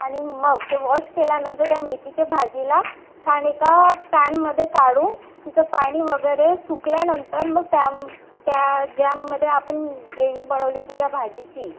आणि मग ते वॉश केल्यानंतर त्या मेथीच्या भाजीला छान एका पॅनमध्ये काढून तिचं पाणी वगैरे सुकल्यानंतर मग त्याम त्या ज्यामध्ये आपण ग्रेवी बनवली होती ज्या भाजीची